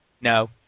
no